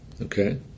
Okay